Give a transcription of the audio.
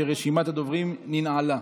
שרשימת הדוברים ננעלה.